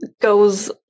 goes